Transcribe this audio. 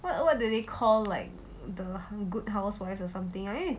what what do they call like the good housewife or something I on~